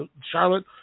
Charlotte